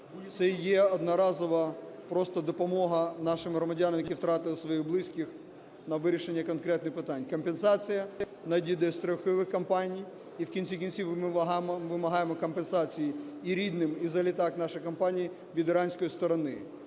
Це є одноразова просто допомога нашим громадянам, які втратили своїх близьких, на вирішення конкретних питань. Компенсація надійде зі страхових компаній. І в кінці-кінців ми вимагаємо компенсацію і рідним, і за літак нашої компанії від іранської сторони.